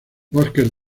bosques